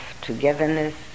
togetherness